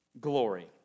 glory